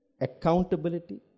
accountability